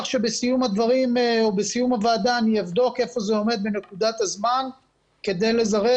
שבסיום הוועדה אני אבדוק איפה זה עומד בנקודת הזמן כדי לזרז